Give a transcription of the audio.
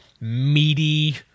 meaty